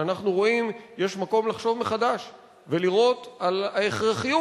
שאנחנו רואים יש מקום לחשוב מחדש ולראות את ההכרחיות